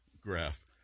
graph